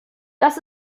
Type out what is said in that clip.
das